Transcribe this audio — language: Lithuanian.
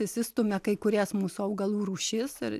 jis išstumia kai kurias mūsų augalų rūšis ir